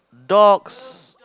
dogs